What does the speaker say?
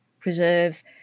preserve